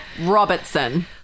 Robertson